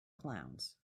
clowns